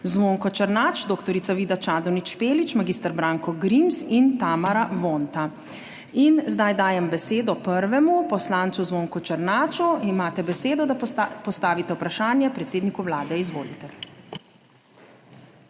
Zvonko Černač, dr. Vida Čadonič Špelič, mag. Branko Grims in Tamara Vonta. In zdaj dajem besedo prvemu poslancu Zvonku Černaču. Imate besedo, da postavite vprašanje predsedniku Vlade, izvolite.